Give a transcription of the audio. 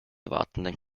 erwartenden